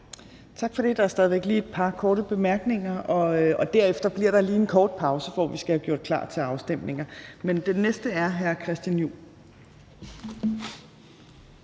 Tak for det. Der er stadig væk lige et par korte bemærkninger, og derefter bliver der en kort pause, hvor vi skal have gjort klar til afstemninger, men den næste er hr. Christian Juhl.